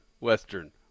Western